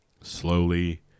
slowly